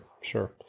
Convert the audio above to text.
sure